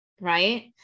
right